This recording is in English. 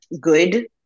good